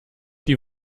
die